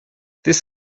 this